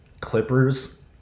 Clippers